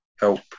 help